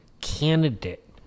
candidate